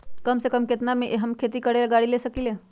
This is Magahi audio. कम से कम केतना में हम एक खेती करेला गाड़ी ले सकींले?